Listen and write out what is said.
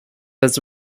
his